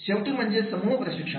शेवटी म्हणजे समूह प्रशिक्षण